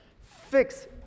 Fix